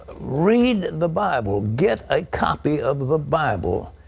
read the bible. get a copy of the bible,